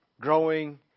growing